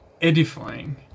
edifying